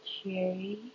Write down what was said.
Okay